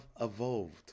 evolved